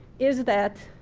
is that,